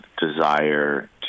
desire